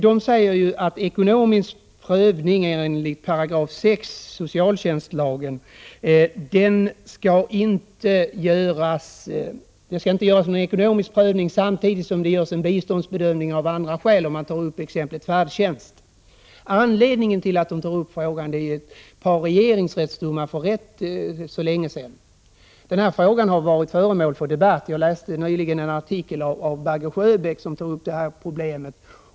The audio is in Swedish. De vill ha ett tillägg till 6 § i socialtjänstlagen att ekonomisk prövning inte skall göras vid behov av bistånd som baseras på andra orsaker än behov av ekonomisk hjälp, och de tar upp exemplet färdtjänst. Anledningen till att motionärerna tar upp denna fråga är ett par domar i regeringsrätten för rätt länge sedan. Denna fråga är föremål för debatt, och jag läste nyligen en artikel av Bagger-Sjöbäck som tar upp problemet.